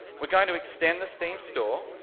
we're going to extend the steam store,